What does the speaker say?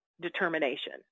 determination